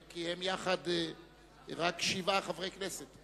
כי הם יחד רק שבעה חברי כנסת.